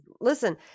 Listen